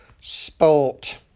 Sport